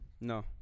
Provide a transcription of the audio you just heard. No